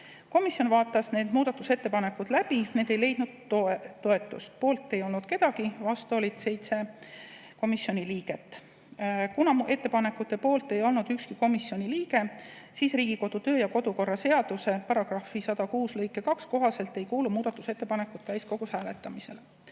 Komisjon vaatas need muudatusettepanekud läbi ja need ei leidnud toetust. Poolt ei olnud keegi, vastu oli 7 komisjoni liiget. Kuna ettepanekute poolt ei olnud ükski komisjoni liige, siis Riigikogu kodu‑ ja töökorra seaduse § 106 lõike 2 kohaselt ei kuulu muudatusettepanekud täiskogus hääletamisele. Tulen